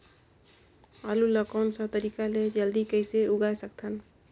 आलू ला कोन सा तरीका ले जल्दी कइसे उगाय सकथन?